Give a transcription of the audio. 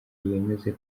yemeze